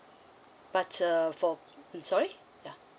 but uh for mm sorry ya